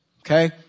Okay